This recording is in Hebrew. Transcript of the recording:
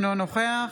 אינו נוכח